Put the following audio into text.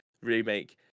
remake